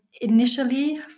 initially